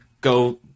go